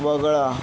वगळा